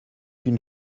une